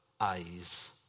eyes